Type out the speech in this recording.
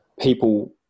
people